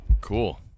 Cool